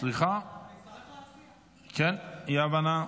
סליחה, אי-הבנה.